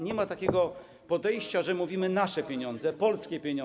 Nie ma takiego podejścia, że mówimy: nasze pieniądze, polskie pieniądze.